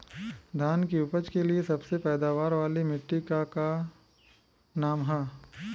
धान की उपज के लिए सबसे पैदावार वाली मिट्टी क का नाम ह?